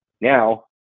Now